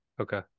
Okay